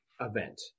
event